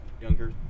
younger